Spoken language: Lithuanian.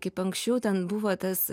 kaip anksčiau ten buvo tas